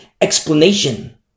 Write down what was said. explanation